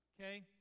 Okay